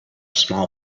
small